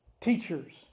teachers